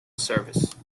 service